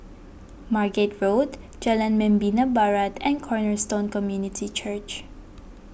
Margate Road Jalan Membina Barat and Cornerstone Community Church